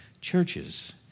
churches